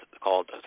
called